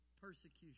persecution